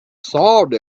solved